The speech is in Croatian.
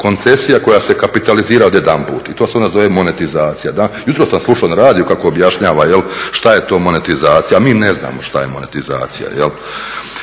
koncesija koja se kapitalizira od jedanput i to se onda zove monetizacija. Jutros sam slušao na radiju kako objašnjava šta je to monetizacija, a mi ne znamo što je monetizacija.